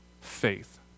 faith